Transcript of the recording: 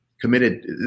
committed